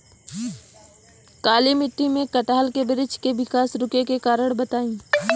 काली मिट्टी में कटहल के बृच्छ के विकास रुके के कारण बताई?